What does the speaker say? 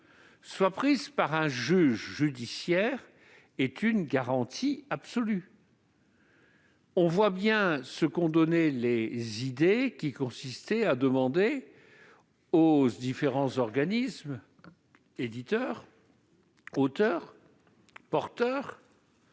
soit prise par un juge judiciaire constitue une garantie absolue. On voit bien ce qu'ont donné les dispositifs consistant à demander aux différents organismes éditeurs, auteurs et porteurs